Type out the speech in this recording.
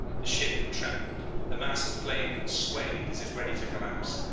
the ship trembled, the mass of flame swayed as if ready to collapse,